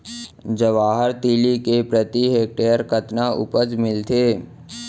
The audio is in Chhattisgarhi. जवाहर तिलि के प्रति हेक्टेयर कतना उपज मिलथे?